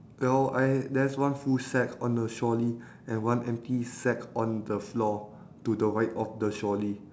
well I there's one full sack on the trolley and one empty sack on the floor to the right of the trolley